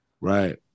right